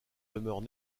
demeurent